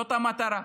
זאת המטרה.